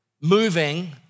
moving